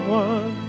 one